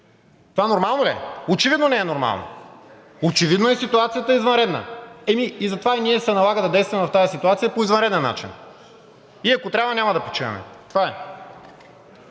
Това нормално ли е? Очевидно не е нормално. Очевидно ситуацията е извънредна. Затова и ние се налага да действаме в тази ситуация по извънреден начин. Ако трябва, няма да почиваме. Това е.